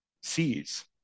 sees